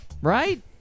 Right